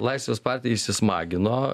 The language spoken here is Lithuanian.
laisvės partija įsismagino